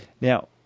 Now